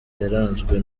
yaranzwe